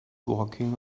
walking